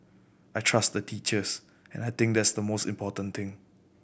I trust the teachers and I think that's the most important thing